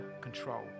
control